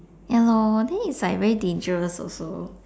ya lor then is like very dangerous also